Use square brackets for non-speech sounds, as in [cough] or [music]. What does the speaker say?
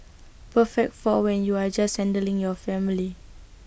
perfect for when you're just [unintelligible] your family